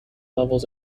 levels